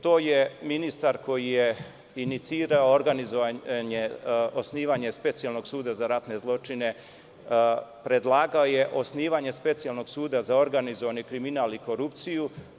To je ministar koji je inicirao organizovanje osnivanje Specijalnog suda za ratne zločine, predlagao je osnivanje specijalnog suda za organizovani kriminal i korupciju.